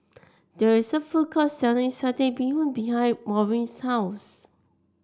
there is a food court selling Satay Bee Hoon behind Maureen's house